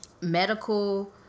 medical